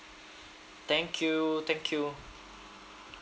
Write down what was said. thank you thank you